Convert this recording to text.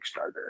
Kickstarter